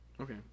Okay